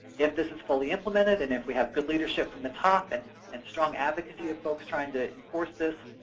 if this is fully implemented, and if we have good leadership from the top, and and strong advocacy of folks trying to enforce this,